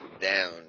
down